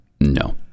no